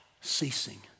ceasing